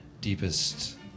deepest